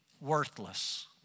worthless